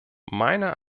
meiner